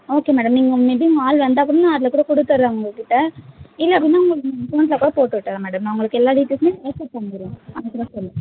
okay madam நீங்கள் உங்க maybe உங்கள் ஆள் வந்தாலும் நான் அதில் கூட கொடுத்துர்றேன் உங்கள்கிட்ட இல்லை அப்படின்னா உங்கள் உங்கள் அக்கவுண்டில் கூட போட்டு விட்டுடறேன் மேடம் நான் உங்களுக்கு எல்லாம் டீடெயல்ஸும் வாட்ஸ்ஆப் போட்டுடறேன் அதுக்கு தான் சொல்கிறேன்